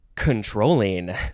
controlling